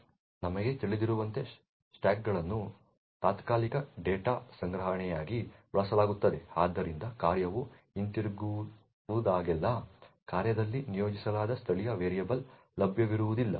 ನಮಗೆ ತಿಳಿದಿರುವಂತೆ ಸ್ಟಾಕ್ಗಳನ್ನು ತಾತ್ಕಾಲಿಕ ಡೇಟಾ ಸಂಗ್ರಹಣೆಯಾಗಿ ಬಳಸಲಾಗುತ್ತದೆ ಆದ್ದರಿಂದ ಕಾರ್ಯವು ಹಿಂತಿರುಗಿದಾಗಲೆಲ್ಲಾ ಕಾರ್ಯದಲ್ಲಿ ನಿಯೋಜಿಸಲಾದ ಸ್ಥಳೀಯ ವೇರಿಯಬಲ್ಗಳು ಲಭ್ಯವಿರುವುದಿಲ್ಲ